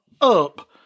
up